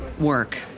work